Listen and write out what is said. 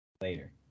later